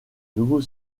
nouveau